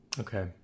Okay